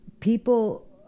People